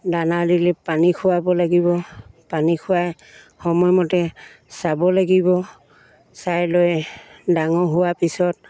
দানা দিলে পানী খোৱাব লাগিব পানী খোৱাই সময়মতে চাব লাগিব চাই লৈ ডাঙৰ হোৱাৰ পিছত